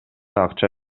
акча